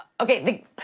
Okay